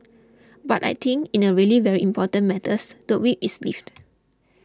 but I think in a really very important matters the whip is lifted